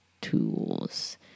Tools